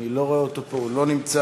אני לא רואה אותו פה, הוא לא נמצא,